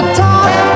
talk